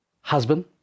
husband